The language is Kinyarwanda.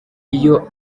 iyo